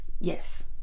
yes